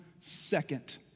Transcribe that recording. second